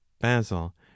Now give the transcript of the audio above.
Basil